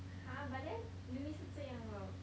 !huh! but then uni 是这样的